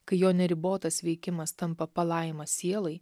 kai jo neribotas veikimas tampa palaima sielai